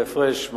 וההפרש,